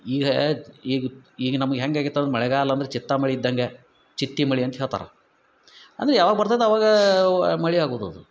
ಈಗ ಈಗ ಈಗ ನಮ್ಗೆ ಹೆಂಗೆ ಆಗೈತೆ ಅಂದರೆ ಮಳೆಗಾಲ ಅಂದ್ರೆ ಚಿತ್ತಾ ಮಳೆ ಇದ್ದಂಗೆ ಚಿತ್ತಾ ಮಳೆ ಅಂತ ಹೇಳ್ತಾರೆ ಅಂದರೆ ಯಾವಾಗ ಬರ್ತದ ಅವಾಗ ಮಳೆ ಆಗುವುದದು